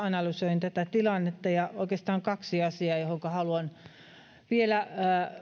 analysoin tätä tilannetta oikeastaan kaksi asiaa joihinka haluan vielä